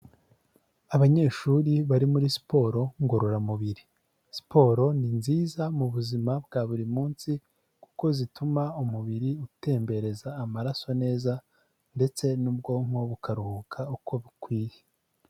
Abanyeshuri bari muri siporo ngororamubiri, siporo ni nziza mu buzima bwa buri munsi kuko zituma umubiri utembereza amaraso neza ndetse n'ubwonko bukaruhuka uko bukwiye.